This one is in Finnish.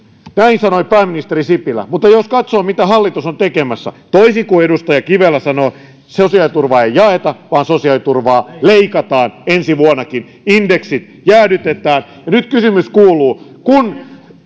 näin sanoi pääministeri sipilä mutta jos katsoo mitä hallitus on tekemässä niin toisin kuin edustaja kivelä sanoi sosiaaliturvaa ei jaeta vaan sosiaaliturvaa leikataan ensi vuonnakin indeksit jäädytetään ja nyt kysymys kuuluu kun